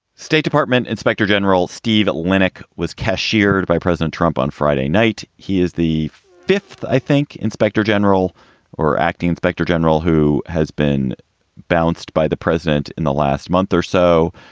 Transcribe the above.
state department inspector general steve linnik was cashiered by president trump on friday night. he is the fifth, i think, inspector general or acting inspector general who has been bounced by the president in the last month or so.